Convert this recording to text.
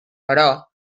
però